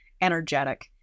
energetic